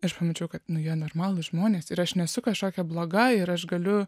aš pamačiau kad nu jie normalūs žmonės ir aš nesu kažkokia bloga ir aš galiu